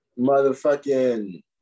Motherfucking